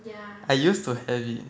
I used to have it